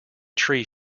tree